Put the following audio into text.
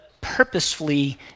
purposefully